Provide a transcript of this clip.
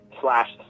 slash